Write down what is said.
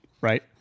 right